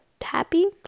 happy